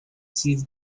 sees